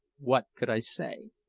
what could i say?